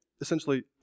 essentially